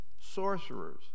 sorcerers